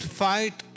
fight